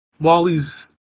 Wally's